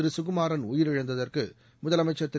ககுமாறன் உயிரிழந்ததற்கு முதலமைச்சர் திரு